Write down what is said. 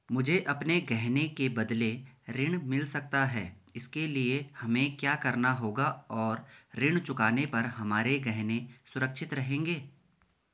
मुझे अपने गहने के बदलें ऋण मिल सकता है इसके लिए हमें क्या करना होगा और ऋण चुकाने पर हमारे गहने सुरक्षित रहेंगे?